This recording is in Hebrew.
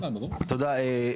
תודה,